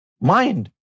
mind